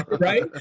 Right